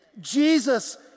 Jesus